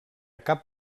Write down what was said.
cap